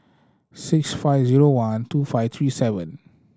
six five zero one two five three seven